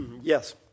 Yes